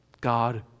God